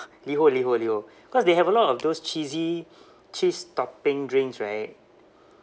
liho liho liho cause they have a lot of those cheesy cheese topping drinks right